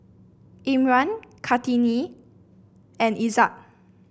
Imran Kartini and Izzat